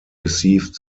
received